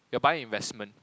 you're buying investment